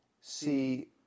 see